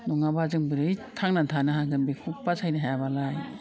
नङाबा जों बोरै थांनानै थानो हागोन बेखौ बासायनो हायाबालाय